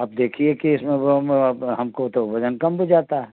آپ دیکھیے کہ اس میں ہم کو تو وزن کم بجھاتا ہے